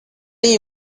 you